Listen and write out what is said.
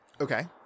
okay